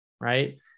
right